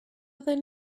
then